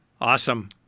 Awesome